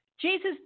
Jesus